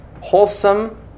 wholesome